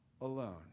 alone